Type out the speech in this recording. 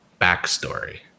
backstory